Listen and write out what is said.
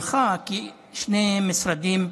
מיכאל מלכיאלי,